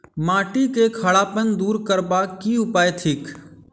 माटि केँ खड़ापन दूर करबाक की उपाय थिक?